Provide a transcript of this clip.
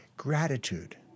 Gratitude